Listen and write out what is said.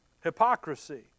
Hypocrisy